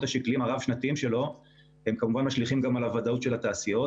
השקליים הרב-שנתיים שלו כמובן משליך גם על הוודאות של התעשיות.